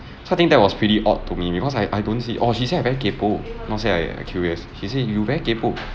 so I think that was pretty odd to me because I I don't see oh she said very kaypoh not say I I curious she say you very kaypoh